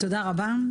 תודה רבה,